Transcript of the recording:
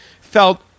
felt